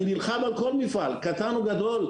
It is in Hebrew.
אני נלחם על כל מפעל קטן או גדול,